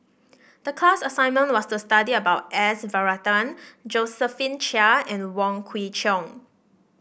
the class assignment was to study about S Varathan Josephine Chia and Wong Kwei Cheong